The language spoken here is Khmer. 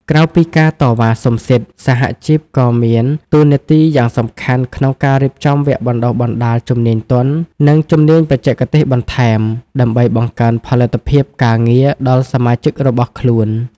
ក្រៅពីការតវ៉ាសុំសិទ្ធិ សហជីពក៏មានតួនាទីយ៉ាងសំខាន់ក្នុងការរៀបចំវគ្គបណ្តុះបណ្តាលជំនាញទន់ និងជំនាញបច្ចេកទេសបន្ថែម ដើម្បីបង្កើនផលិតភាពការងារដល់សមាជិករបស់ខ្លួន។